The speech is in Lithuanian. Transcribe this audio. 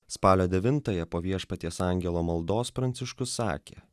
spalio devintąją po viešpaties angelo maldos pranciškus sakė